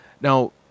Now